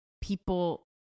people